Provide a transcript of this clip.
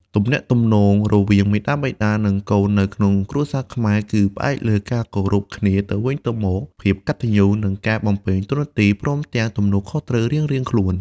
ទំនាក់ទំនងរវាងមាតាបិតា និងកូននៅក្នុងគ្រួសារខ្មែរ គឺផ្អែកលើការគោរពគ្នាទៅវិញទៅមក ភាពកតញ្ញូ និងការបំពេញតួនាទី ព្រមទាំងទំនួលខុសត្រូវរៀងៗខ្លួន។